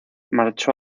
marchó